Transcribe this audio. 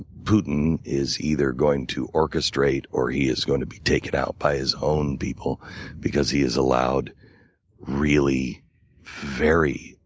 putin is either going to orchestrate or he is going to be taken out by his own people because he has allowed really very,